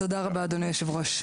תודה רבה אדוני היושב-ראש.